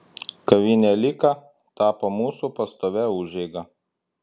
kavinė lika tapo mūsų pastovia užeiga